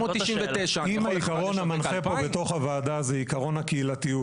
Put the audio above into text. אם העיקרון המנחה פה בתוך הוועדה זה עיקרון הקהילתיות